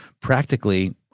practically